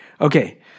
Okay